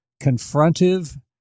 confrontive